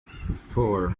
four